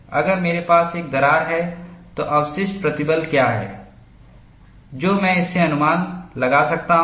अगर मेरे पास एक दरार है तो अवशिष्ट प्रतिबल क्या है जो मैं इससे अनुमान लगा सकता हूं